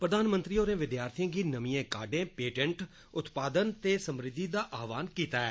प्रधानमंत्री होरें विद्यार्थिएं गी नमिएं काडे पेटंट उत्पादन ते समृद्धि दा आह्वान कीता ऐ